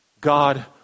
God